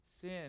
Sin